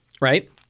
right